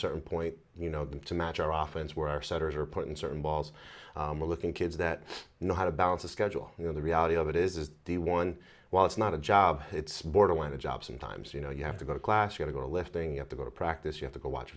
certain point you know them to match our office where our centers are put in certain balls are looking kids that know how to balance a schedule you know the reality of it is the one while it's not a job it's borderline a job sometimes you know you have to go to class or to go to lifting up to go to practice you have to go watch